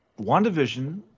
WandaVision